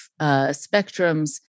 spectrums